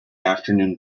afternoon